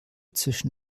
zwischen